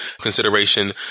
consideration